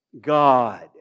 God